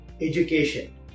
education